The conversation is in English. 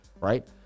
right